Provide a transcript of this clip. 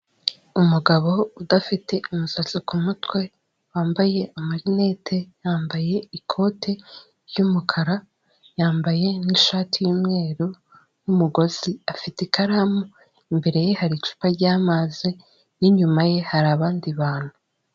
Umugabo udafite umusatsi ku mutwe wambaye marinete yambaye ikote ry'umukara, yambaye n'ishati y'umweru n'umugozi, afite ikaramu, imbere ye hari icupa ry'amazi n'inyuma ye hari abandi bantu.